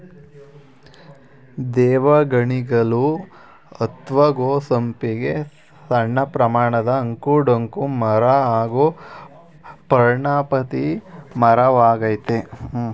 ದೇವಗಣಿಗಲು ಅತ್ವ ಗೋ ಸಂಪಿಗೆ ಸಣ್ಣಪ್ರಮಾಣದ ಅಂಕು ಡೊಂಕು ಮರ ಹಾಗೂ ಪರ್ಣಪಾತಿ ಮರವಾಗಯ್ತೆ